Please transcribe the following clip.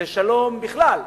לשלום בכלל,